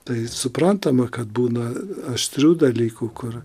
tai suprantama kad būna aštrių dalykų kur